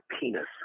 penis